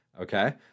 okay